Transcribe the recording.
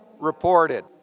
reported